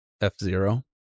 F-Zero